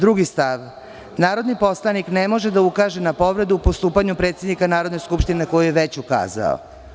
Drugi stav – Narodni poslanik ne može da ukaže na povredu u postupanju predsednika Narodne skupštine na koju je već ukazao.